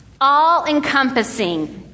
all-encompassing